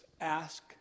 ask